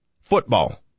football